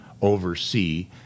oversee